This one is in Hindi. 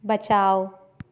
बचाओ